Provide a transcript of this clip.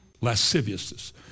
Lasciviousness